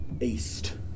east